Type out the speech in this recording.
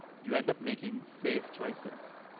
you end up making safe choices.